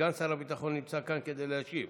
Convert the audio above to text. סגן שר הביטחון נמצא כאן כדי להשיב.